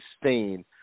sustain